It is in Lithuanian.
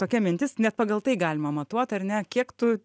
tokia mintis net pagal tai galima matuot ar ne kiek tu